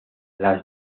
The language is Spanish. las